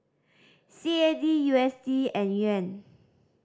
C A D U S D and Yuan